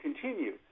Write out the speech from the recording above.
continue